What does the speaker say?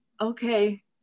okay